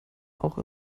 auch